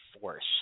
Force